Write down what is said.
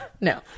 No